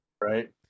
Right